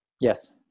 Yes